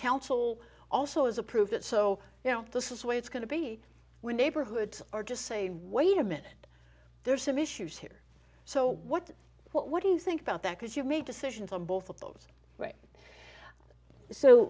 council also has approved it so you know this is way it's going to be when neighborhoods are just say wait a minute there's some issues here so what what do you think about that because you make decisions on both of those great so